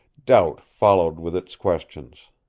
doubt followed with its questions.